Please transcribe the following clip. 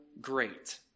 great